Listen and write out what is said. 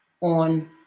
on